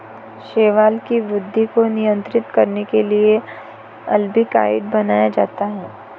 शैवाल की वृद्धि को नियंत्रित करने के लिए अल्बिकाइड बनाया जाता है